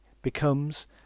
becomes